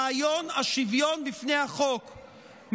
רעיון השוויון בפני החוק,